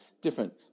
different